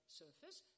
surface